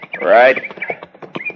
Right